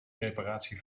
reparatie